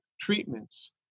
treatments